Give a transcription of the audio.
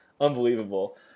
unbelievable